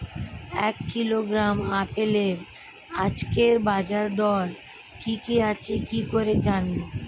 এক কিলোগ্রাম আপেলের আজকের বাজার দর কি কি আছে কি করে জানবো?